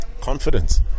Confidence